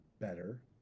better